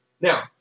Now